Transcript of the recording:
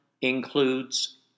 includes